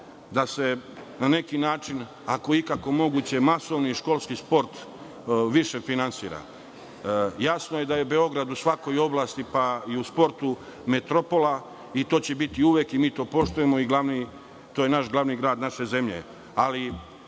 da se na neki način, ako je ikako moguće, masovni školski sport više finansira. Jasno je da je Beograd u svakoj oblasti, pa i u sportu, metropola i to će biti uvek i mi to poštujemo. To je glavni grad naše zemlje.